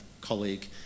colleague